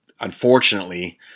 unfortunately